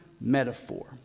metaphor